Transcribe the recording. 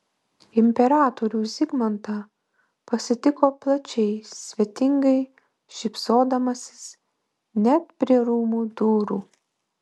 imperatorių zigmantą pasitiko plačiai svetingai šypsodamasis net prie rūmų durų